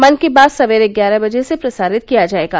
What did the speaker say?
मन की बात सवेरे ग्यारह बजे से प्रसारित किया जाएगा